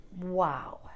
Wow